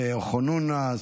חנונה,